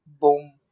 boom